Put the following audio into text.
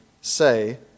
say